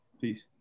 Peace